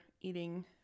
eating